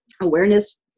awareness